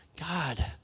God